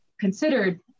considered